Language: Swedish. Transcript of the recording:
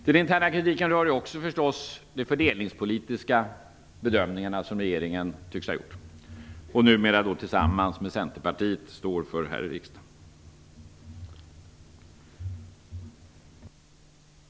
Den interna kritiken rör också de fördelningspolitiska bedömningarna som regeringen tycks ha gjort och numera tillsammans med centerpartiet står för här i riksdagen.